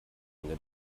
ende